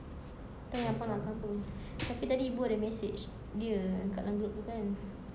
tak tahu nak makan apa tapi tadi ibu ada message dia yang dekat dalam group itu kan